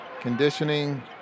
Conditioning